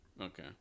Okay